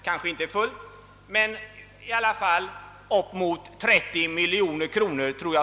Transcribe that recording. Den kanske skulle öka med upp emot 30 miljoner kronor.